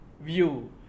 view